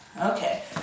Okay